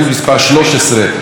של קבוצת מרצ.